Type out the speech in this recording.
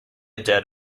dead